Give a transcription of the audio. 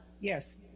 yes